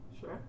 Sure